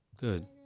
Good